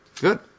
good